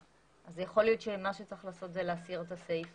יכול להיות שמה שצריך לעשות זה להסיר את הסעיף